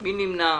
מי נמנע?